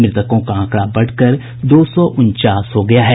मृतकों का आंकड़ा बढ़कर दो सौ उनचास हो गया है